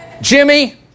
Jimmy